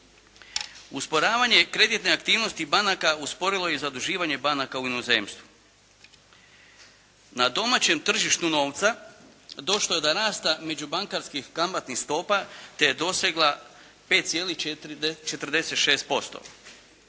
Usporavanje kreditne aktivnosti banaka usporilo je i zaduživanje banaka u inozemstvu. Na domaćem tržištu novca došlo je do rasta međubankarskih kamatnih stopa te je dosegla 5,46%.